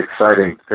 exciting